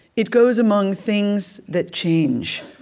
it goes among things that change.